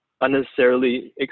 unnecessarily